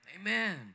amen